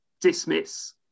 dismiss